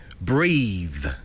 Breathe